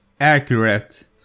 accurate